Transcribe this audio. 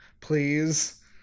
please